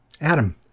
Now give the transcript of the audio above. Adam